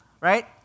Right